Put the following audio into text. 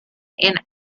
and